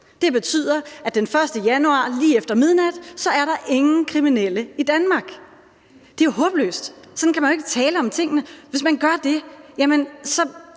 Det betyder, at den 1. januar lige efter midnat er der ingen kriminelle i Danmark. Det er jo håbløst. Sådan kan man jo ikke tale om tingene. Hvis man gør det, bilder man